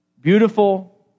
Beautiful